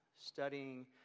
studying